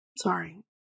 Sorry